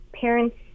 parents